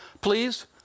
Please